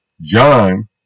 John